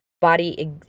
body